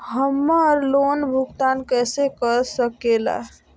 हम्मर लोन भुगतान कैसे कर सके ला?